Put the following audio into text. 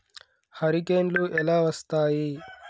హరికేన్లు ఎలా వస్తాయి?